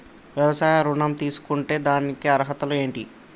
వ్యవసాయ ఋణం తీసుకుంటే దానికి అర్హతలు ఏంటి?